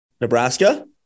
Nebraska